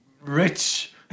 rich